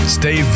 stay